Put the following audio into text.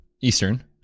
eastern